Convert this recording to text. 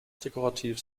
dekorativ